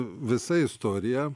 visa istorija